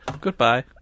Goodbye